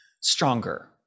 stronger